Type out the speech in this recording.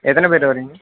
எத்தனை பேர் வரீங்க